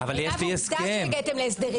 על אף העובדה שהגעתם להסדרים.